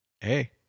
Hey